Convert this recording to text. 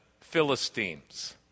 Philistines